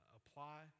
apply